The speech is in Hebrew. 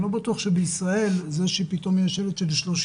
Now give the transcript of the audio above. אני לא בטוח שבישראל זה שפתאום יהיה שלט של 30